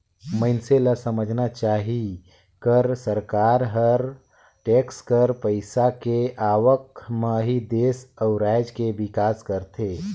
मइनसे ल समझना चाही कर सरकार हर टेक्स कर पइसा के आवक म ही देस अउ राज के बिकास करथे